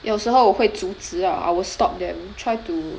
有时候会阻止 ah I will stop them try to